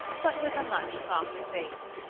but with a much softer face.